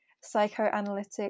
psychoanalytic